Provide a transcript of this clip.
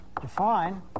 define